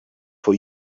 for